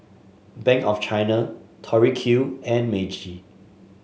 Bank of China Tori Q and Meiji